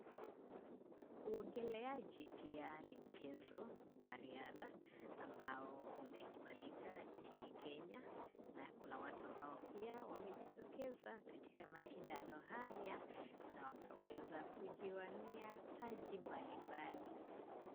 Uogeleaji pia ni mchezo wa riadha ambao umekubalika nchini Kenya, na kuna watu ambao pia wamejitokeza katika mashindano haya, na wakaweza kujiwania taji mbali mbali.